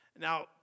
Now